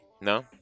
No